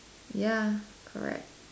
ya correct